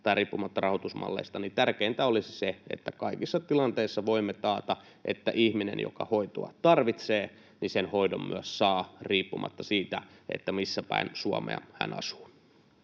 tai riippumatta rahoitusmalleista tärkeintä olisi se, että kaikissa tilanteissa voimme taata, että ihminen, joka hoitoa tarvitsee, sen hoidon myös saa riippumatta siitä, missä päin Suomea hän asuu.